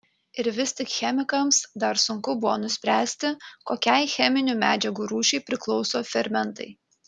ir vis tik chemikams dar sunku buvo nuspręsti kokiai cheminių medžiagų rūšiai priklauso fermentai